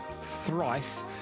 thrice